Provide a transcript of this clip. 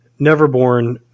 Neverborn